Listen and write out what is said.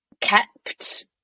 kept